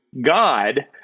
God